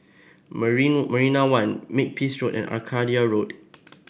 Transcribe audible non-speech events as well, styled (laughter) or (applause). (unintelligible) Marina One Makepeace Road and Arcadia Road